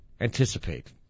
Anticipate